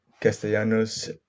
Castellanos